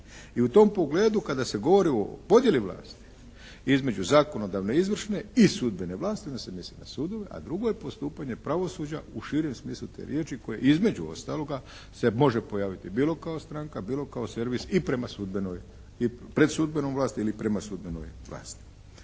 i u tom pogledu kada se govori o podijeli vlasti između zakonodavne i izvršne i sudbene vlasti onda se misli na sudove. A drugo je postupanje pravosuđa u širem smislu te riječi koje između ostaloga se može pojaviti bilo kao stranka, bilo kao servis i prema sudbenoj i pred sudbenom vlasti i prema sudbenoj vlasti.